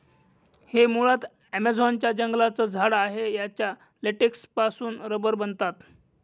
हे मुळात ॲमेझॉन च्या जंगलांचं झाड आहे याच्या लेटेक्स पासून रबर बनवतात